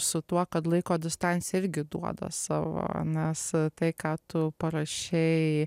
su tuo kad laiko distancija irgi duoda savo nes tai ką tu parašei